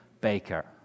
baker